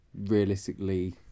realistically